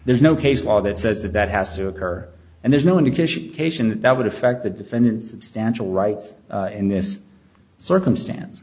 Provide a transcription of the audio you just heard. there is no case law that says that that has to occur and there's no indication that would affect the defendant's stachel rights in this circumstance